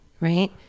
right